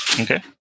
Okay